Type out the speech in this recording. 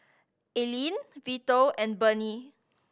Alene Vito and Burney